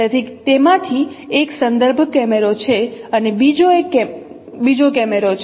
તેથી તેમાંથી એક સંદર્ભ કેમેરો છે અને બીજો એક બીજો કેમેરો છે